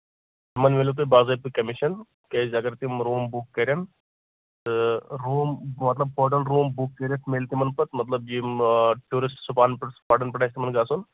تَمن ملوٕ تۄہہِ باضٲبتہٕ کٔمِشن کیازِ اَگر تِم روٗم بُک کَرن تہٕ روٗم مطلب ہوٹل روٗم بُک کٔرِتھ مِلہِ تِمن پَتہٕ مطلب یِم ٹیوٗرِسٹ سُپوٹن پٮ۪ٹھ آسہِ تِمن گژھُن تہٕ